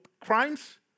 crimes